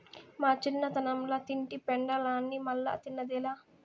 మా చిన్నతనంల తింటి పెండలాన్ని మల్లా తిన్నదేలా